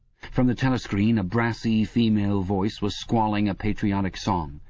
from the telescreen a brassy female voice was squalling a patriotic song.